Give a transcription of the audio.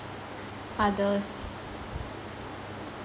others